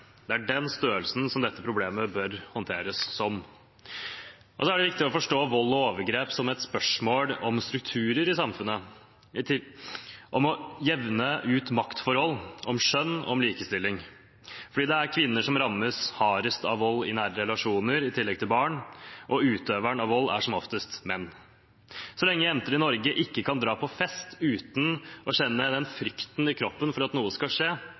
er i den størrelsen dette problemet bør håndteres. Det er viktig å forstå vold og overgrep som et spørsmål om strukturer i samfunnet, om å jevne ut maktforhold, om kjønn og likestilling, fordi det er kvinner som rammes hardest av vold i nære relasjoner – i tillegg til barn – og utøveren av vold er som oftest menn. Så lenge jenter i Norge ikke kan dra på fest uten å kjenne frykten i kroppen for at noe skal skje,